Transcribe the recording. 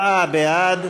חברי הכנסת, 74 בעד,